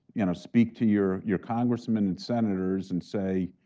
you know speak to your your congressmen and senators and say,